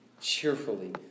cheerfully